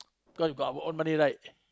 cause we got our own money right